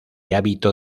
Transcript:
hábito